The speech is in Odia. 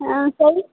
ଆଁ ସେଇ